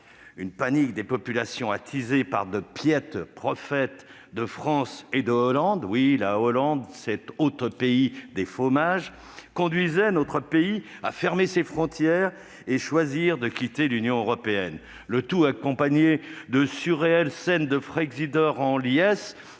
Une panique des populations attisée par de piètres prophètes de France et de Hollande, cet autre pays des faux mages, ... Quel poète !... conduisait notre pays à fermer ses frontières et à choisir de quitter l'Union européenne, le tout accompagné de surréelles scènes de « Frexiters » en liesse,